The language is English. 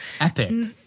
epic